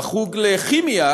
בחוג לכימיה